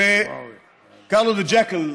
Carlos the Jackal,